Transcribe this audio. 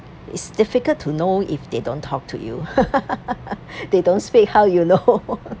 it's difficult to know if they don't talk to you they don't speak how you know